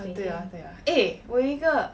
对啊对啊 eh 我有一个